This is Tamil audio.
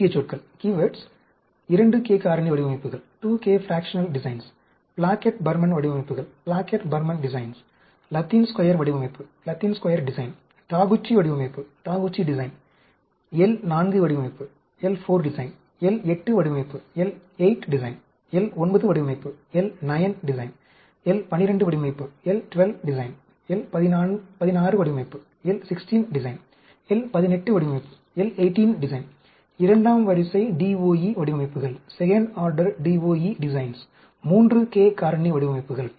முக்கியச்சொற்கள் 2k காரணி வடிவமைப்புகள் பிளாக்கெட் பர்மன் வடிவமைப்புகள் லத்தின் ஸ்கொயர் வடிவமைப்பு டாகுச்சி வடிவமைப்பு L4 வடிவமைப்பு L8 வடிவமைப்பு L9 வடிவமைப்பு L12 வடிவமைப்பு L16 வடிவமைப்பு L18 வடிவமைப்பு இரண்டாம் வரிசை DOE வடிவமைப்புகள் 3k காரணி வடிவமைப்புகள்